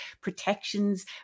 protections